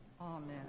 Amen